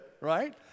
right